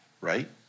right